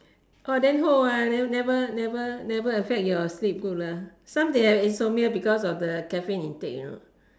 orh then never never never affect your sleep good lah some they have insomnia because of the caffeine intake you know